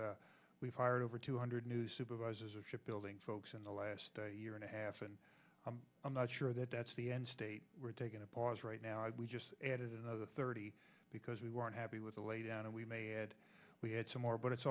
areas we've hired over two hundred new supervisor shipbuilding folks in the last year and a half and i'm not sure that that's the end state we're taking a pause right now we just added another thirty because we weren't happy with the lay down and we may add we had some more but it's